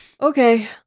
Okay